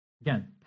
Again